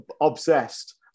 obsessed